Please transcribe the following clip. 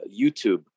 YouTube